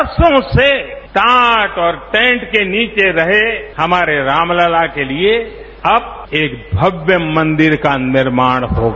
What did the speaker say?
बरसों से टाट और टेंट के नीचे रहे हमारे राम लला के लिए अब एक भव्य मंदिर का निर्माण होगा